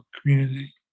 community